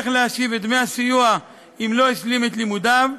להשיב את דמי הסיוע אם לא השלים את לימודיו,